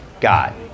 God